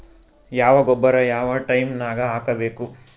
ಯಾವ ಗೊಬ್ಬರ ಯಾವ ಟೈಮ್ ನಾಗ ಹಾಕಬೇಕು?